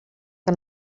que